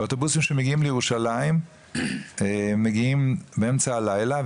והאוטובוסים שמגיעים לירושלים מגיעים באמצע הלילה,